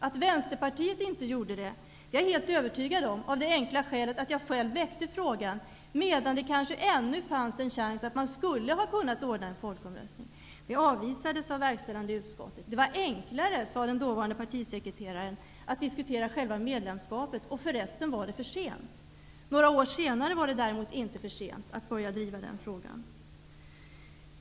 Att Vänsterpartiet inte gjorde det är jag helt övertygad om av det enkla skälet att jag själv väckte frågan medan det kanske ännu fanns en chans att man hade kunnat ordna en folkomröstning. Det avvisades av verkställande utskottet. Det var enklare, sade den dåvarande partisekreteraren, att diskutera själva medlemskapet, och förresten var det för sent. Några år senare var det däremot inte för sent att börja driva den frågan.